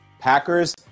Packers